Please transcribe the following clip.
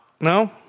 No